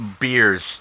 beers